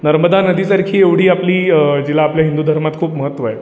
नर्मदा नदीसारखी एवढी आपली जिला आपल्या हिंदू धर्मात खूप महत्त्व आहे